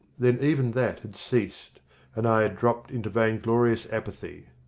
then even that had ceased and i had dropped into vainglorious apathy.